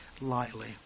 lightly